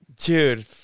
Dude